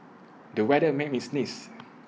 the weather made me sneeze